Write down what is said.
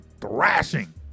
thrashing